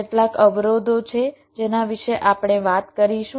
કેટલાક અવરોધો છે જેના વિશે આપણે વાત કરીશું